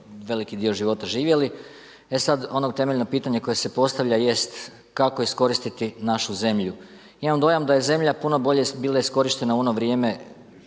veliki dio života živjeli. E sad ono temeljno pitanje koje se postavlja jest kao iskoristiti našu zemlju? Imam dojam da je zemlja puno bolje bila iskorištena u ono vrijeme